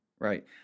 Right